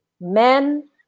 men